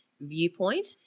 viewpoint